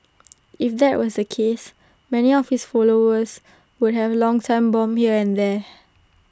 if that was the case many of his followers would have long time bomb here and there